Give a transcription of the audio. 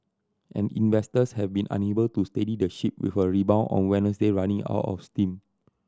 and investors have been unable to steady the ship with a rebound on Wednesday running out of steam